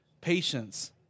patience